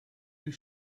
you